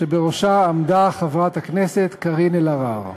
שבראשה עמדה חברת הכנסת קארין אלהרר.